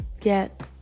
get